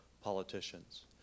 politicians